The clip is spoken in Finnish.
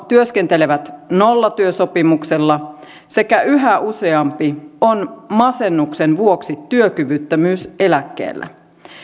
työskentelevät nollatyösopimuksella sekä yhä useampi on masennuksen vuoksi työkyvyttömyyseläkkeellä